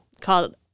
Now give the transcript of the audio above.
called